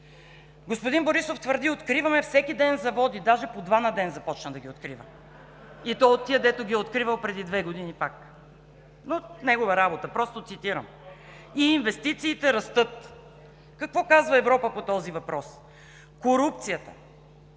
Господин Борисов твърди: „Откриваме всеки ден заводи“, даже по два на ден започна да ги открива, и то от тия, дето ги е откривал пак преди две години, но негова работа – просто цитирам, „и инвестициите растат“. Какво казва Европа по този въпрос? „Корупцията,